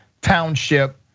Township